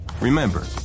Remember